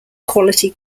quality